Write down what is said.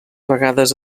vegades